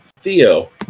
theo